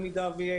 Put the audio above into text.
אם יהיה,